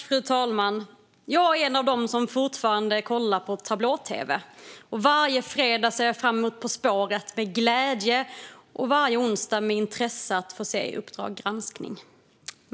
Fru talman! Jag är en av dem som fortfarande kollar på tablå-tv. Varje fredag ser jag fram emot På spåret med glädje, och varje onsdag ser jag med intresse fram emot att få se Uppdrag granskning .